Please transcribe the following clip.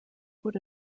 would